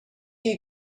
you